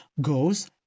goes